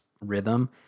rhythm